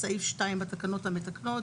סעיף 2 בתקנות המתקנות